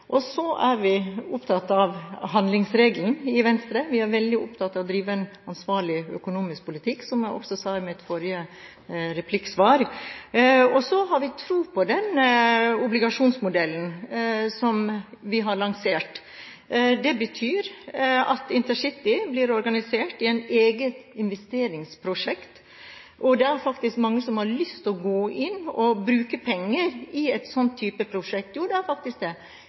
mulig. Så er vi opptatt av handlingsregelen i Venstre. Vi er veldig opptatt av å drive en ansvarlig økonomisk politikk, som jeg også sa i mitt forrige replikksvar. Vi har også tro på den obligasjonsmodellen vi har lansert. Det betyr at InterCity blir organisert i et eget investeringsprosjekt. Det er faktisk mange som har lyst til å gå inn og bruke penger på et sånt prosjekt, det er faktisk det.